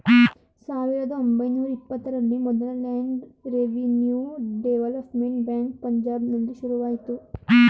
ಸಾವಿರದ ಒಂಬೈನೂರ ಇಪ್ಪತ್ತರಲ್ಲಿ ಮೊದಲ ಲ್ಯಾಂಡ್ ರೆವಿನ್ಯೂ ಡೆವಲಪ್ಮೆಂಟ್ ಬ್ಯಾಂಕ್ ಪಂಜಾಬ್ನಲ್ಲಿ ಶುರುವಾಯ್ತು